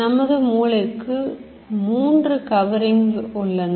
நமது மூளைக்கு 3 coverings உள்ளன